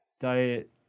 diet